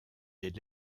des